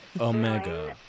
Omega